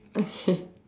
okay